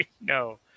no